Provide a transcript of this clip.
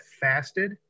fasted